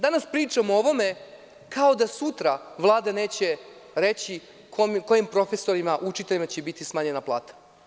Danas pričamo o ovome kao da sutra Vlada neće reći kojim profesorima, učiteljima će biti smanjena plata.